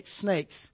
snakes